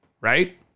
right